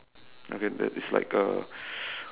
okay the it's like a